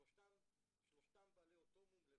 שלושתם בעלי אותו מום לבבי,